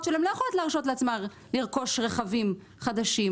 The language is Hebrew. שלהם לא יכולות להרשות לעצמן לרכוש רכבים חדשים.